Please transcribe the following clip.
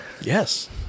Yes